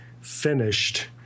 finished